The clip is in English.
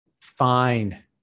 fine